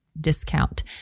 discount